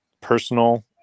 personal